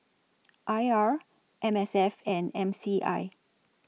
I R M S F and M C I